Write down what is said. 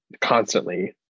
constantly